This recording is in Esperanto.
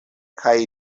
kaj